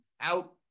out